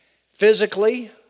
Physically